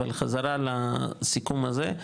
אבל חזרה לסיכום הזה.